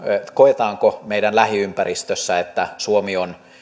koetaanko meidän lähiympäristössä että suomi on